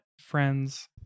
friends